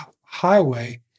highway